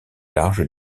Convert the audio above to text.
large